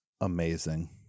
Amazing